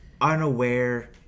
unaware